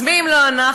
אז מי אם לא אנחנו,